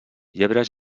llebres